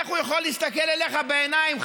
איך הוא יכול להסתכל אליך בעיניים,